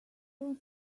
want